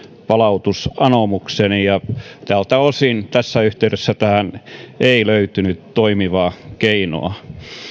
palautusanomuksen ja tältä osin tässä yhteydessä tähän ei löytynyt toimivaa keinoa